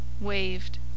waved